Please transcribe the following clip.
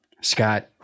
Scott